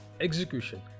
execution